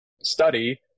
study